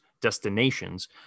destinations